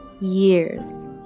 years